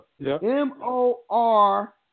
M-O-R